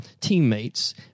teammates